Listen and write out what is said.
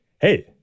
Hey